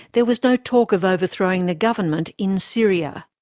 there was no talk of overthrowing the government in syria.